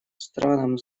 странам